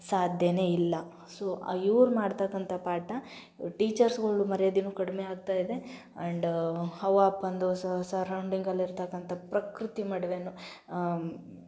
ಸಾಧ್ಯವೇ ಇಲ್ಲ ಸೊ ಇವ್ರು ಮಾಡ್ತಕ್ಕಂಥ ಪಾಠ ಟೀಚರ್ಸ್ಗಳು ಮರ್ಯಾದೆವೂ ಕಡಿಮೆ ಆಗ್ತಾಯಿದೆ ಆ್ಯಂಡ್ ಅವ್ವ ಅಪ್ಪಂದು ಸರೌಂಡಿಂಗಲ್ಲಿ ಇರ್ತಕ್ಕಂಥ ಪ್ರಕೃತಿ ಮಡ್ವೆನು